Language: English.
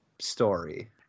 story